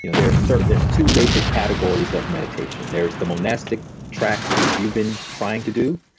you know there's sort of there's two basic categories of meditation. there's the monastic track, which you've been trying to do,